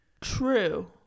true